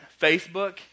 Facebook